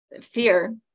fear